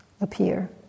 appear